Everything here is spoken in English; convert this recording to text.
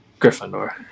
Gryffindor